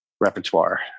repertoire